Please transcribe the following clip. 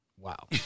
Wow